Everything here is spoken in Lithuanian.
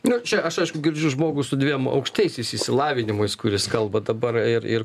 nu čia aš aišku girdžiu žmogų su dviem aukštaisiais išsilavinimais kuris kalba dabar ir ir